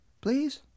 please